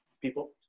people